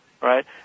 Right